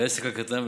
לעסק הקטן,